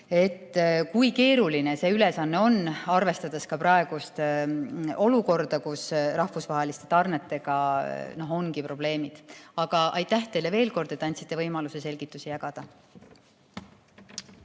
kui keeruline see ülesanne on, arvestades ka praegust olukorda, kus rahvusvaheliste tarnetega ongi probleemid. Aga aitäh teile veel kord, et andsite võimaluse selgitusi jagada!